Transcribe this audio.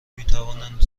میتواند